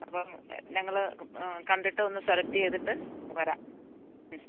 അപ്പം ഞങ്ങൾ കണ്ടിട്ട് ഒന്ന് സെലക്ട് ചെയ്തിട്ട് വരാം ഉം